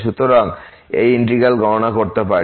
সুতরাং আমরা এই ইন্টিগ্র্যাল গণনা করতে পারি